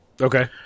Okay